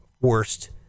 worst